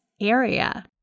area